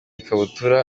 ikabutura